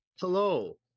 Hello